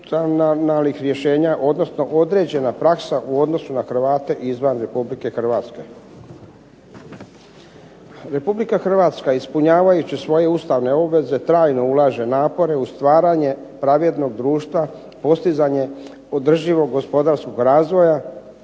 određena praksa u odnosu na Hrvate izvan Republike Hrvatske. Republika Hrvatska ispunjavajući svoje Ustavne obveze trajno ulaže napore u stvaranje pravednog društva postizanjem održivog gospodarskog razvoja,